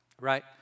Right